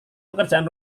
pekerjaan